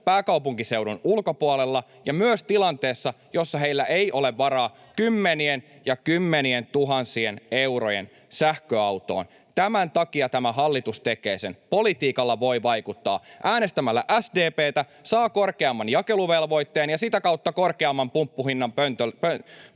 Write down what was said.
pääkaupunkiseudun ulkopuolella ja myös tilanteessa, jossa heillä ei ole varaa kymmenien ja kymmenien tuhansien eurojen sähköautoon. Tämän takia tämä hallitus tekee sen. Politiikalla voi vaikuttaa. Äänestämällä SDP:tä saa korkeamman jakeluvelvoitteen ja sitä kautta korkeamman pumppuhinnan pumpulla.